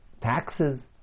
taxes